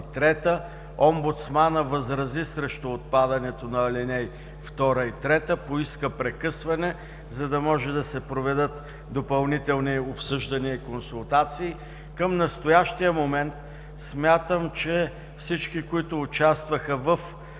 Омбудсманът възрази срещу отпадането на ал. 2 и 3. Поиска прекъсване, за да може да се проведат допълнителни обсъждания и консултации. Към настоящия момент смятам, че всички, които участваха в